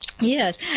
Yes